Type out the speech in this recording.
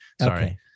sorry